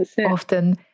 often